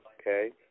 okay